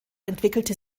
entwickelte